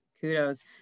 Kudos